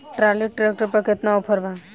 Trolley tractor पर केतना offer बा?